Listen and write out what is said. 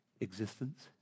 existence